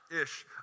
ish